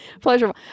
pleasurable